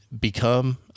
become